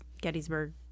Gettysburg